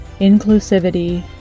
inclusivity